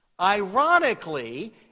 Ironically